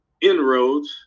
inroads